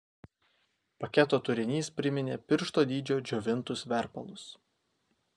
paketo turinys priminė piršto dydžio džiovintus verpalus